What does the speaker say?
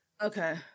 Okay